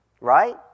Right